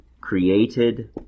created